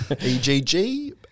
E-G-G